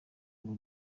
ngo